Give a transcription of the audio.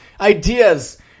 ideas